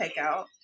takeout